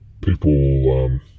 people